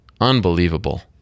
unbelievable